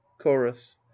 Chorus